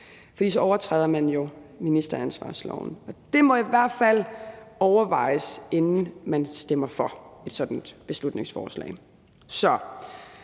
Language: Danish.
for så overtræder man jo ministeransvarsloven. Det må i hvert fald overvejes, inden man stemmer for et sådant beslutningsforslag.